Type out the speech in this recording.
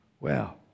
Wow